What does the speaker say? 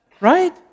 Right